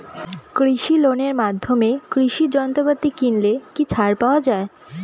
কৃষি লোনের মাধ্যমে কৃষি যন্ত্রপাতি কিনলে কি ছাড় পাওয়া যায়?